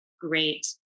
great